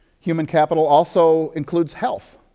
human capital also includes health.